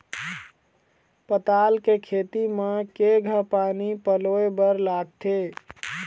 पताल के खेती म केघा पानी पलोए बर लागथे?